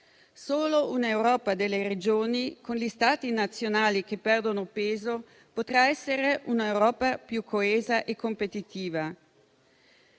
Solo un'Europa delle regioni, con gli Stati nazionali che perdono peso, potrà essere un'Europa più coesa e competitiva.